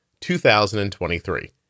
2023